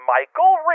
Michael